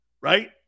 Right